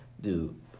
dude